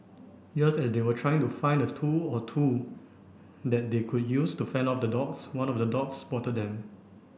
just as they were trying to find a tool or two that they could use to fend off the dogs one of the dogs spotted them